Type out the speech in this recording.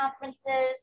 conferences